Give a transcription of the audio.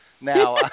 now